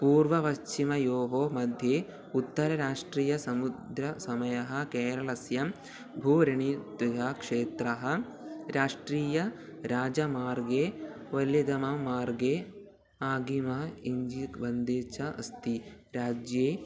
पूर्वपश्चिमयोर्मध्ये उत्तर राष्ट्रीय समुद्रसमयः केरळस्य भूरिणीत्वया क्षेत्रः राष्ट्रीय राजमार्गे वल्लिदमं मार्गे आगिमा इञ्जीक्वन्दी च अस्ति राज्ये